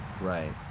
Right